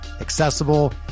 accessible